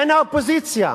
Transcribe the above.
אין אופוזיציה.